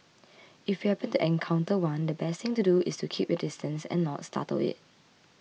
if you happen to encounter one the best thing to do is to keep your distance and not startle it